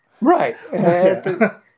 right